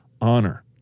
honor